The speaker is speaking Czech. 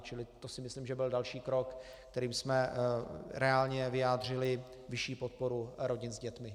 Čili to si myslím, že byl další krok, kterým jsme reálně vyjádřili vyšší podporu rodin s dětmi.